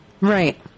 Right